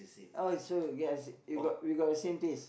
oh so we got we got we got same taste